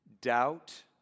doubt